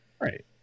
Right